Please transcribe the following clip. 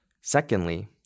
Secondly